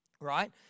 right